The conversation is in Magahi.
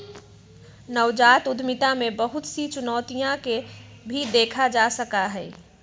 नवजात उद्यमिता में बहुत सी चुनौतियन के भी देखा जा सका हई